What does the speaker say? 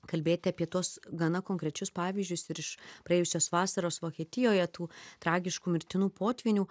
kalbėti apie tuos gana konkrečius pavyzdžius ir iš praėjusios vasaros vokietijoje tų tragiškų mirtinų potvynių